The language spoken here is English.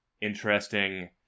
interesting